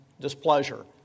displeasure